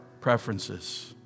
preferences